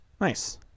Nice